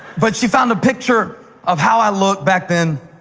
but she found a picture of how i looked back then,